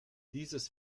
dieses